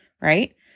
right